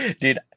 Dude